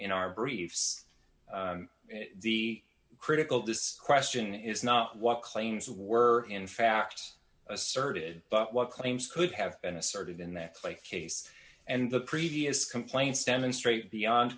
in our briefs the critical this question is not what claims were in fact asserted but what claims could have been asserted in that clay case and the previous complaints demonstrate beyond